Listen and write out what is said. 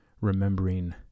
remembering